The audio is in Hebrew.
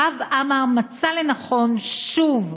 הרב עמאר מצא לנכון, שוב,